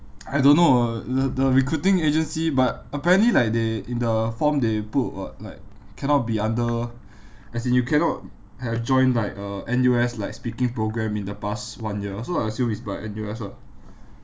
I don't know uh the recruiting agency but apparently like they in the form they put what like cannot be under as in you cannot have joined like uh N_U_S like speaking programme in the past one year so I assume it's by N_U_S ah